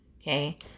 Okay